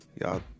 y'all